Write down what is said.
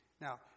Now